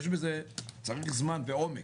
צריך זמן ועומק,